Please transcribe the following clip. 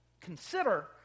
consider